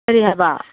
ꯀꯔꯤ ꯍꯥꯏꯕ